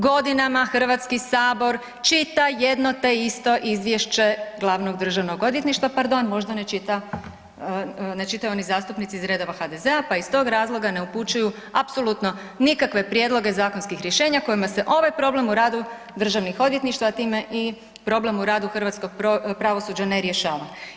Godinama Hrvatski sabor čita jedno te isto izvješće glavnog državnog odvjetništva, pardon možda ne čitaju oni zastupnici iz redova HDZ-a pa iz tog razloga ne upućuju apsolutno nikakve prijedloge zakonskih rješenja kojima se ovaj problem u radu državnih odvjetništva, a time i problem u radu hrvatskog pravosuđa ne rješava.